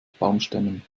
baumstämmen